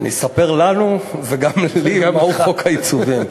אני אספר לנו וגם לי מהו חוק העיצובים.